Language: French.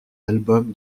album